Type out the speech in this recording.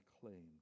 claim